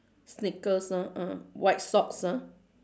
sneakers ah ah white socks ah